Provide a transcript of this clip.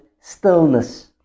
stillness